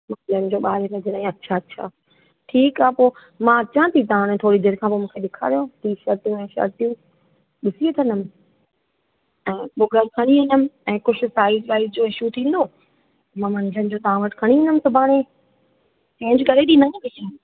मंझदि जो ॿारहें बजे ताईं अच्छा अच्छा ठीकु आहे पोइ मां अचां थी तव्हां हाणे थोरी देरि खां मूंखे ॾेखारियो टी शर्टू ऐं शर्टूं ॾिसी वठदमि पोइ घर खणी वेंदमि ऐं कुझु साइज वाइज जो इशू थींदो मां मंझदि जो तव्हां वटि खणी ईंदमि सुभाणे चेंज करे ॾींदा न भैया